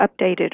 updated